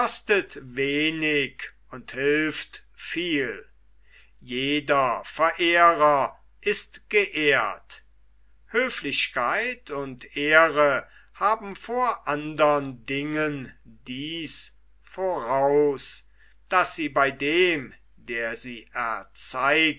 wenig und hilft viel jeder verehrer ist geehrt höflichkeit und ehre haben vor andern dingen dies voraus daß sie bei dem der sie erzeigt